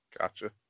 Gotcha